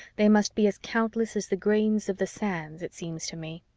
they must be as countless as the grains of the sands, it seems to me.